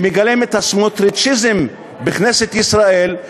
שמגלם את הסמוטריצ'יזם בכנסת ישראל,